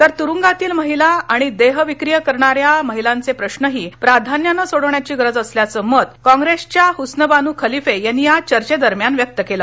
तर तुरुंगातील महिला आणि देहविक्री करणाऱ्या महिलांचे प्रश्नही प्राधान्यानं सोडवण्याची गरज असल्याचं मत काँग्रेसच्या हस्नबान् खलिफे यांनी या चर्चे दरम्यान व्यक्त केलं